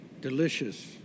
delicious